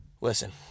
Listen